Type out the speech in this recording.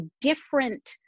different